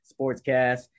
sportscast